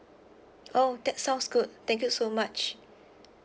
oh that sounds good thank you so much